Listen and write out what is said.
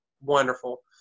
wonderful